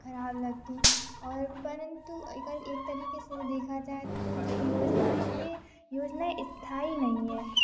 ख़राब लगतीं और परंतु अगर एक तरीक़े से इन्हें देखा जाए तो जो योजनाऍं ये योजनाऍं स्थाई नहीं हैं